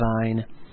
design